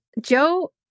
joe